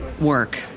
work